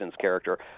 character